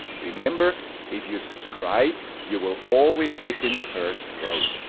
remember if you subscribe, you will always sit in the first row.